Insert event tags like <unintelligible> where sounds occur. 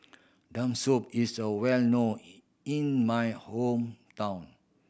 <unintelligible> sum is a well known in in my hometown